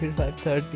5.30